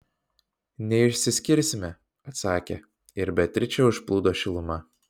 neišsiskirsime atsakė ir beatričę užplūdo šiluma